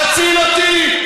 תציל אותי,